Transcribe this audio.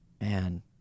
man